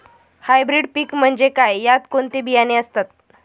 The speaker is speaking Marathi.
हायब्रीड पीक म्हणजे काय? यात कोणते बियाणे येतात?